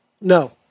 No